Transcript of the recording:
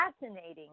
fascinating